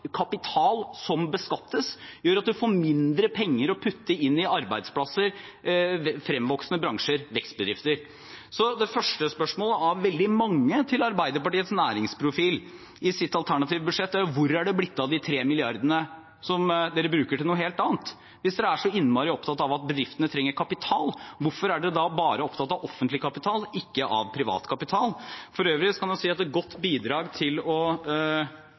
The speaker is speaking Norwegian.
får mindre penger å putte inn i arbeidsplasser, fremvoksende bransjer og vekstbedrifter. Så det første spørsmålet av veldig mange til Arbeiderpartiets næringsprofil i deres alternative budsjett er: Hvor er det blitt av de tre milliardene som dere bruker til noe helt annet? Hvis dere er så innmari opptatt av at bedriftene trenger kapital, hvorfor er dere da bare opptatt av offentlig kapital, ikke av privat kapital? For øvrig kan jeg si at et godt bidrag til å